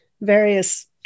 various